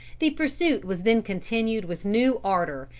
the pursuit was then continued with new ardor,